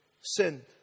sinned